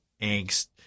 angst